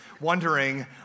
wondering